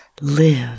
Live